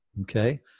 Okay